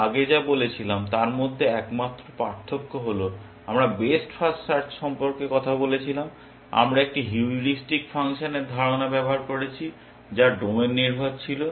আমরা আগে যা বলেছিলাম তার মধ্যে একমাত্র পার্থক্য হল যখন আমরা বেস্ট ফার্স্ট সার্চ সম্পর্কে কথা বলেছিলাম আমরা একটি হিউরিস্টিক ফাংশনের ধারণা ব্যবহার করেছি যা ডোমেন নির্ভর ছিল